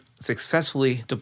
successfully